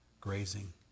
grazing